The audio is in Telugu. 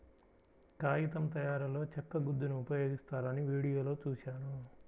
కాగితం తయారీలో చెక్క గుజ్జును ఉపయోగిస్తారని వీడియోలో చూశాను